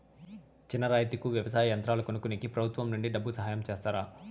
చిన్న రైతుకు వ్యవసాయ యంత్రాలు కొనుక్కునేకి ప్రభుత్వం నుంచి డబ్బు సహాయం చేస్తారా?